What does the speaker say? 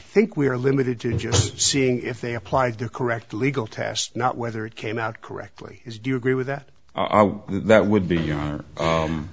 think we are limited to just seeing if they applied the correct legal task not whether it came out correctly is do you agree with that our that would be your